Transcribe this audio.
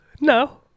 No